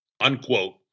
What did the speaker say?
Unquote